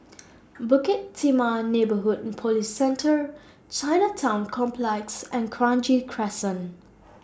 Bukit Timah Neighbourhood Police Centre Chinatown Complex and Kranji Crescent